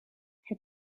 het